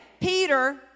Peter